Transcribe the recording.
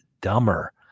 dumber